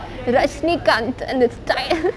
rajnikanth and the style